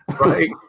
Right